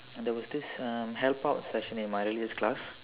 and there was this uh help out session in my religious class